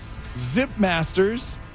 Zipmasters